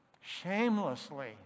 shamelessly